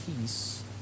peace